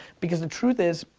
because the truth is,